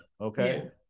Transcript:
Okay